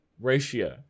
ratio